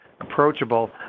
approachable